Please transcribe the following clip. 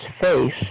face